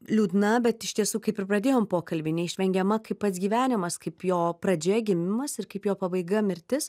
liūdna bet iš tiesų kaip ir pradėjom pokalbį neišvengiama kaip pats gyvenimas kaip jo pradžioje gimimas ir kaip jo pabaiga mirtis